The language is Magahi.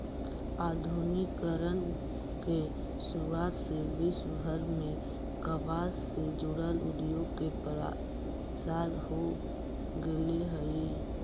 आधुनिकीकरण के शुरुआत से विश्वभर में कपास से जुड़ल उद्योग के प्रसार हो गेल हई